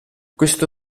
questo